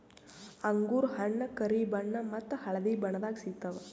ಅಂಗೂರ್ ಹಣ್ಣ್ ಕರಿ ಬಣ್ಣ ಮತ್ತ್ ಹಳ್ದಿ ಬಣ್ಣದಾಗ್ ಸಿಗ್ತವ್